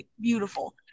beautiful